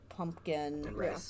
Pumpkin